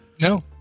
no